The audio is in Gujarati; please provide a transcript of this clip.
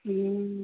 હમ